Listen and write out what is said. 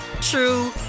true